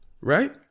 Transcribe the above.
Right